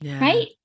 right